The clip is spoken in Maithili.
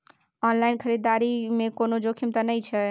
ऑनलाइन खरीददारी में कोनो जोखिम त नय छै?